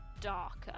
darker